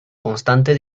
constante